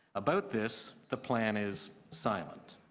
about this, the plan is silent.